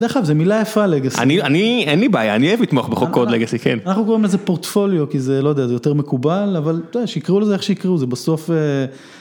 בדרך כלל זו מילה יפה לגסי. אני, אין לי בעיה, אני אוהב לתמוך בחוקות לגסי, כן. אנחנו קוראים לזה פורטפוליו, כי זה, לא יודע, זה יותר מקובל, אבל שיקראו לזה איך שיקראו, זה בסוף.